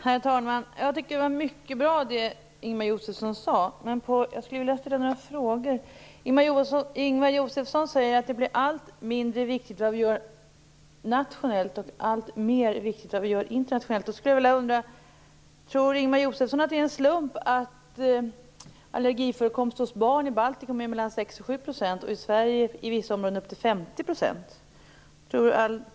Herr talman! Jag tycker att det som Ingemar Josefsson sade var mycket bra, men jag skulle vilja ställa några frågor. Ingemar Josefsson säger att det som vi gör nationellt blir allt mindre viktigt och att det som vi gör internationellt blir alltmer viktigt. Jag undrar då: Tror Ingemar Josefsson att det är en slump att allergiförekomsten hos barn i Baltikum är mellan 6 och 7 % och att den inom vissa områden i Sverige är upp till 50 %?